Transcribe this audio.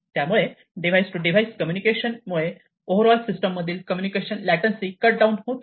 त्यामुळे device to device communication मुळे overall system मधील कम्युनिकेशन लेटेंसी कट डाऊन होते